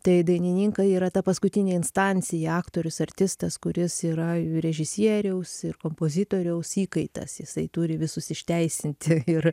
tai dainininkai yra ta paskutinė instancija aktorius artistas kuris yra režisieriaus ir kompozitoriaus įkaitas jisai turi visus išteisinti ir